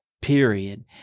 Period